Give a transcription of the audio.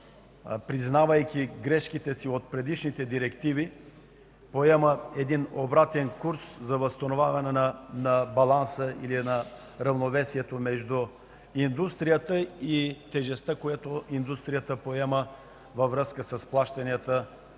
признавайки грешките си от предишните директиви, като поема един обратен курс за възстановяване на баланса или равновесието между индустрията и тежестта, която индустрията поема във връзка с плащанията